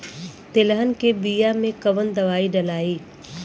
तेलहन के बिया मे कवन दवाई डलाई?